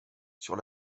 sur